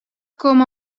com